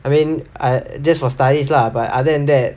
I mean just for studies lah but other than that